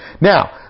Now